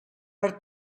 per